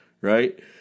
right